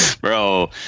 Bro